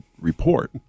report